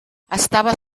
estava